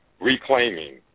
reclaiming